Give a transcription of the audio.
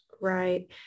Right